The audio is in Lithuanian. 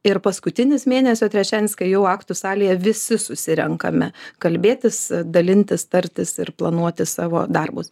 ir paskutinis mėnesio trečiadienis kai jau aktų salėje visi susirenkame kalbėtis dalintis tartis ir planuoti savo darbus